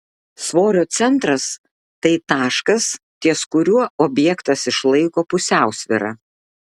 svorio centras tai taškas ties kuriuo objektas išlaiko pusiausvyrą